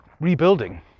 rebuilding